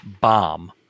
bomb